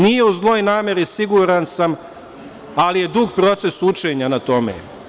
Nije u zloj nameri, siguran sam, ali je dug proces učenja na tome.